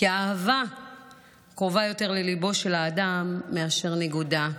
כי האהבה קרובה לליבו של האדם יותר מאשר ניגודה.